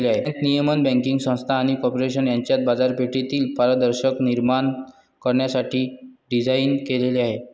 bank नियमन banking संस्था आणि कॉर्पोरेशन यांच्यात बाजारपेठेतील पारदर्शकता निर्माण करण्यासाठी डिझाइन केलेले आहे